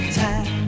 time